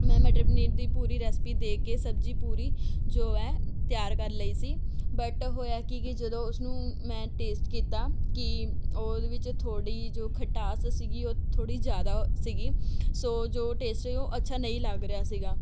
ਮੈਂ ਮਟਰ ਪਨੀਰ ਦੀ ਪੂਰੀ ਰੈਸਪੀ ਦੇਖ ਕੇ ਸਬਜ਼ੀ ਪੂਰੀ ਜੋ ਹੈ ਤਿਆਰ ਕਰ ਲਈ ਸੀ ਬਟ ਹੋਇਆ ਕੀ ਕਿ ਜਦੋਂ ਉਸਨੂੰ ਮੈਂ ਟੇਸਟ ਕੀਤਾ ਕਿ ਉਹਦੇ ਵਿੱਚ ਥੋੜ੍ਹੀ ਜੋ ਖਟਾਸ ਸੀਗੀ ਉਹ ਥੋੜ੍ਹੀ ਜ਼ਿਆਦਾ ਸੀਗੀ ਸੋ ਜੋ ਟੇਸਟ ਉਹ ਅੱਛਾ ਨਹੀਂ ਲੱਗ ਰਿਹਾ ਸੀਗਾ